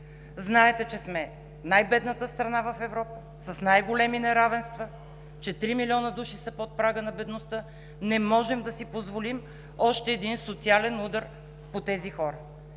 Знаете, че сме най-бедната страна в Европа, с най-големи неравенства, че 3 милиона души са под прага на бедността. Не можем да си позволим още един социален удар по тези хора.